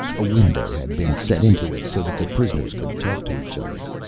a window had been set into it so that the prisoners could talk to each other.